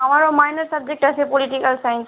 আমারও minor subject আছে political science